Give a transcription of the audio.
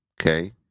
Okay